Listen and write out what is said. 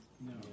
no